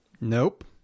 Nope